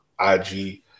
IG